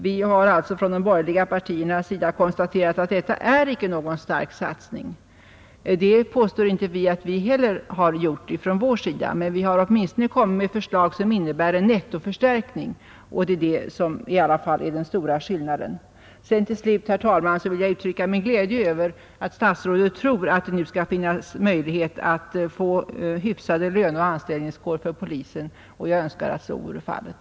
Vi har från de borgerliga partiernas sida konstaterat att detta icke är någon stark satsning. Någon sådan påstår vi inte att vi föreslagit från vår sida heller. Men vi har åtminstone framlagt förslag som innebär en nettoförstärkning, och det är det som är den stora skillnaden. Till sist, herr talman, vill jag uttrycka min glädje över att statsrådet tror att det nu skall finnas möjlighet att åstadkomma hyfsade löneoch anställningsvillkor för polisen. Jag önskar att så blir fallet.